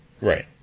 Right